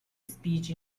speech